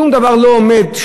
שום דבר לא עומד,